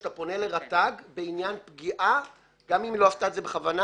שאתה פונה לרט"ג בעניין פגיעה גם אם היא לא עשתה בכוונה,